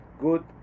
good